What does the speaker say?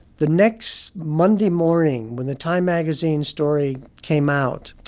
the next monday morning, when the time magazine story came out,